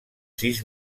sis